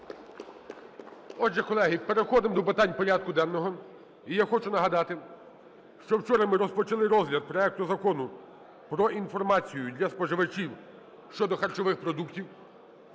Отже, колеги, переходимо до питань порядку денного. І я хочу нагадати, що вчора ми розпочали розгляд проекту Закону про інформацію для споживачів щодо харчових продуктів.